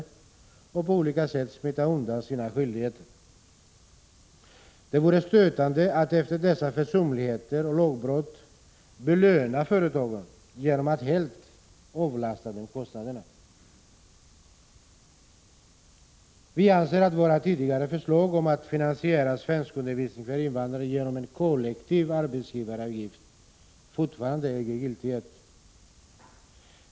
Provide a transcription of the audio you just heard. På olika sätt har man försökt att smita undan från sina skyldigheter. Efter de försumligheter och lagbrott som har förekommit skulle det vara stötande om man belönade företagen genom att helt avlasta dem kostnaderna. Vi anser således att våra tidigare förslag om att svenskundervisningen för invandrare skall finansieras genom en kollektiv arbetsgivaravgift fortfarande äger giltighet.